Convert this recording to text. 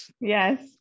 Yes